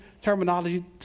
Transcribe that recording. terminology